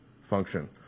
function